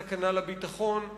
סכנה לביטחון,